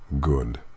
Good